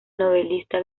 novelista